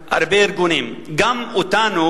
גם הרבה ארגונים, גם אותנו,